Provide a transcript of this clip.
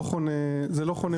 זה לא חונה במשרד.